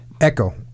Echo